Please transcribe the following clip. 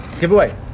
giveaway